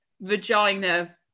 vagina